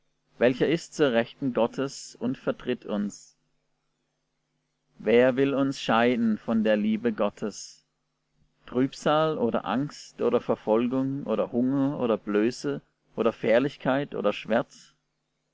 welcher ist zur rechten gottes und vertritt uns wer will uns scheiden von der liebe gottes trübsal oder angst oder verfolgung oder hunger oder blöße oder fährlichkeit oder schwert